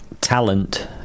talent